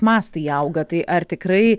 mastai auga tai ar tikrai